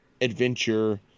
adventure